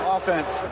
Offense